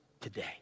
today